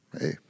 hey